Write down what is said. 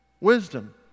Wisdom